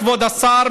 כבוד השר,